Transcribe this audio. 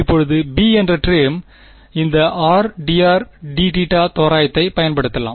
இப்போது b என்ற term இந்த r d r dθ தோராயத்தைப் பயன்படுத்தலாம்